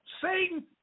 Satan